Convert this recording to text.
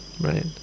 Right